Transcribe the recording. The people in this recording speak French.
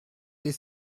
les